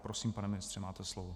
Prosím, pane ministře, máte slovo.